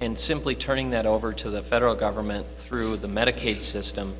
and simply turning that over to the federal government through the medicaid system